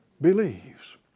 believes